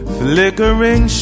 flickering